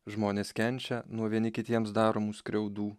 žmonės kenčia nuo vieni kitiems daromų skriaudų